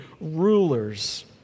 rulers